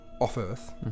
off-earth